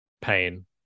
pain